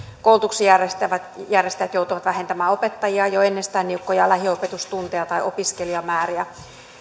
koulutuksen järjestäjät järjestäjät joutuvat vähentämään opettajia jo ennestään niukkoja lähiopetustunteja tai opiskelijamääriä